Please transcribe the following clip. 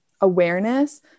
awareness